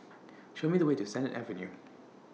Show Me The Way to Sennett Avenue